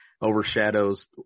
overshadows